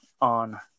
on